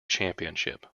championship